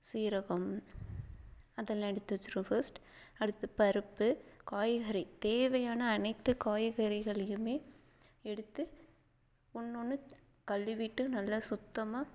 சீரகம் அதெல்லாம் எடுத்து வச்சிடுவேன் ஃபஸ்ட் அடுத்து பருப்பு காய்கறி தேவையான அனைத்து காய்கறிகளையுமே எடுத்து ஒன்று ஒன்று கழுவிட்டு நல்லா சுத்தமாக